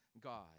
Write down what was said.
God